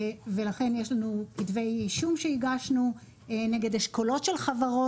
ולכן יש לנו כתבי אישום שהגשנו נגד אשכולות של חברות.